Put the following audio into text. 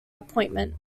appointment